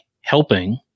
helping